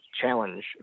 challenge